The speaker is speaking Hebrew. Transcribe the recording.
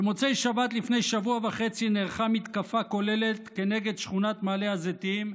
במוצאי שבת לפני שבוע וחצי נערכה מתקפה כוללת כנגד שכונת מעלה הזיתים,